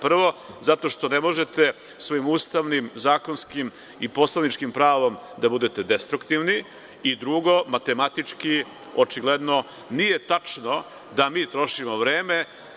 Prvo, zato što ne možete svojim ustavnim zakonskim i poslaničkim pravom da budete destruktivni, i drugo, matematički očigledno nije tačno da mi trošimo vreme.